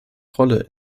rolle